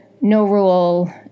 no-rule